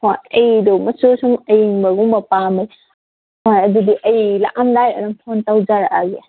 ꯍꯣꯏ ꯑꯩꯗꯣ ꯃꯆꯨꯁꯨ ꯑꯌꯤꯡꯕꯒꯨꯝꯕ ꯄꯥꯝꯃꯦ ꯍꯣꯏ ꯑꯗꯨꯗꯤ ꯑꯩ ꯂꯥꯛꯑꯝꯗꯥꯏ ꯑꯗꯨꯝ ꯐꯣꯟ ꯇꯧꯖꯔꯛꯑꯒꯦ